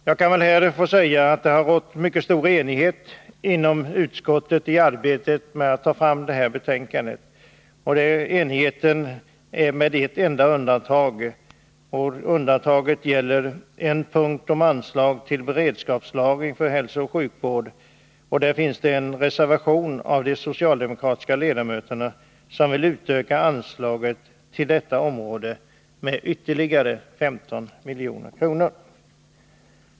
Jag kan väl här få säga att det har rått mycket stor enighet inom utskottet under arbetet med detta betänkande; med ett enda undantag är vi helt eniga. Endast på en punkt, om anslag till beredskapslagring för hälsooch sjukvård, finns det en reservation av de socialdemokratiska ledamöterna, som vill utöka anslaget till detta område med ytterligare 15 milj.kr.